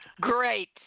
Great